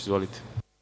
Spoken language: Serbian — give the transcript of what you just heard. Izvolite.